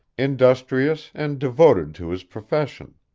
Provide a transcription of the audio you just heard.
industrious and devoted to his profession.